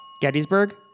Gettysburg